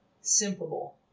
Simple